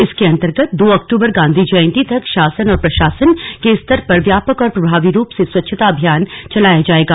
इसते अंतर्गत दो अक्टूबर गांधी जयंती तक शासन और प्रशासन के स्तर पर व्यापक और प्रभावी रूप से स्वच्छता अभियान चलाया जाएगा